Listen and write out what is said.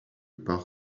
par